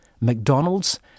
McDonald's